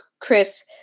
Chris